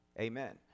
Amen